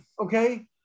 okay